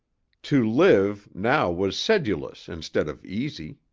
to live now was sedulous instead of easy.